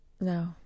No